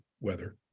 weather